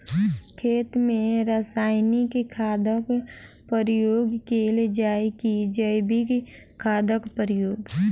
खेत मे रासायनिक खादक प्रयोग कैल जाय की जैविक खादक प्रयोग?